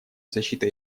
защита